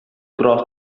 cross